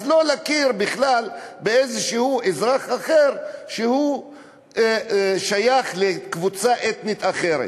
זה לא להכיר בכלל באזרח אחר ששייך לקבוצה אתנית אחרת.